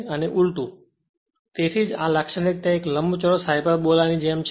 અને ઊલટું તેથી તેથી જ આ લાક્ષણિકતા એક લંબચોરસ હાયપરબોલાની જેમ છે